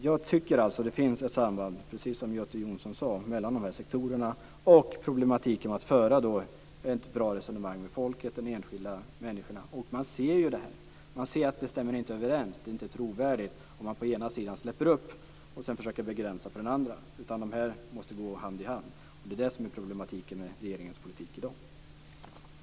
Det finns alltså ett samband, precis som Göte Jonsson sade, mellan dessa sektorer och problematiken med att föra ett bra resonemang med folket, de enskilda människorna. Man ser ju att det inte stämmer överens och inte är trovärdigt om man på den ena sidan ger efter och på den andra försöker begränsa utsläppen, utan detta måste gå hand i hand. Det är det som är problematiken med regeringens politik i dag.